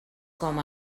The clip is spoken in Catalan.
com